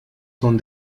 son